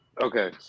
okay